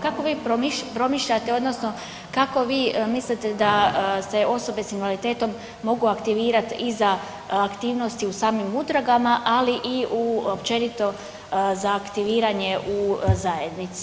Kako vi promišljate odnosno kako vi mislite da se osobe s invaliditetom mogu aktivirati i za aktivnosti u samim udrugama, ali i u općenito za aktiviranje u zajednici.